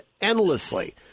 endlessly